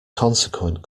consequent